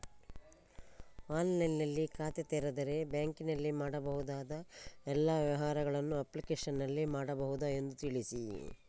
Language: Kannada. ಆನ್ಲೈನ್ನಲ್ಲಿ ಖಾತೆ ತೆರೆದರೆ ಬ್ಯಾಂಕಿನಲ್ಲಿ ಮಾಡಬಹುದಾ ಎಲ್ಲ ವ್ಯವಹಾರಗಳನ್ನು ಅಪ್ಲಿಕೇಶನ್ನಲ್ಲಿ ಮಾಡಬಹುದಾ ಎಂದು ತಿಳಿಸಿ?